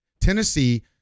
Tennessee